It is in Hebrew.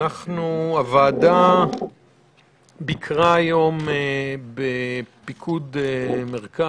הוועדה ביקרה היום בפיקוד העורף